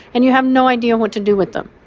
and you have no idea what to do with them.